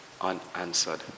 unanswered